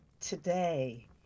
today